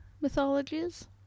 mythologies